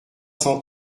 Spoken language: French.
cent